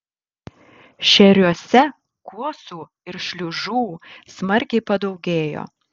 šėriuose kuosų ir šliužų smarkiai padaugėjo